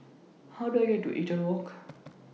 How Do I get to Eaton Walk